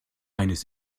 eines